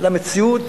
למציאות